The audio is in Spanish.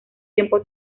tiempo